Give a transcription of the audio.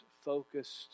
focused